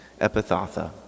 epithatha